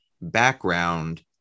background